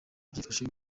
byifashe